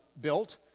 built